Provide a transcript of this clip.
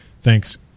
Thanks